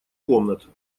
комнат